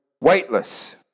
weightless